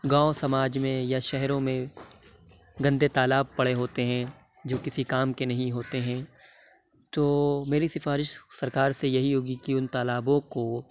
گاؤں سماج میں یا شہروں میں گندے تالاب پڑے ہوتے ہیں جو کسی کام کے نہیں ہوتے ہیں تو میری سفارش سرکار سے یہی ہوگی کہ اُن تالابوں کو